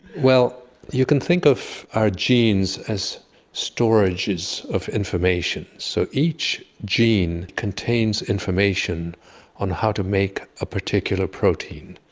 well, you can think of our genes as storages of information. so each gene contains information on how to make a particular protein.